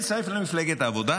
הוא הצטרף למפלגת העבודה.